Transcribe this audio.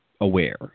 aware